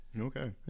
Okay